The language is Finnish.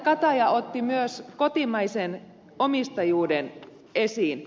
kataja otti myös kotimaisen omistajuuden esiin